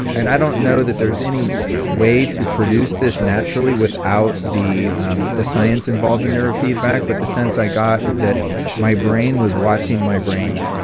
and i don't know that there's any way to produce this naturally without the um the science involved in neurofeedback, but the sense i got is that my brain was watching my brain,